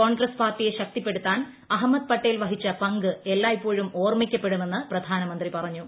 കോൺഗ്രസ് പാർട്ടിയെ ശക്തിപ്പെടുത്താൻ അഹ്മദ് പട്ടേൽ വഹിച്ച പങ്ക് എല്ലായിപ്പോഴും ഓർമ്മിക്കപ്പെടുമെന്ന് പ്രധാനമന്ത്രി പറഞ്ഞു